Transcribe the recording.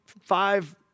five